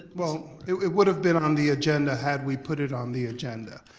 well it would've been on the agenda had we put it on the agenda.